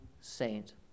Saint